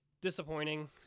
disappointing